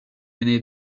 aîné